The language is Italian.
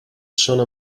sono